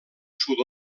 sud